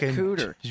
cooter